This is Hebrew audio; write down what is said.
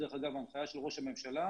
דרך אגב, ההנחיה של ראש הממשלה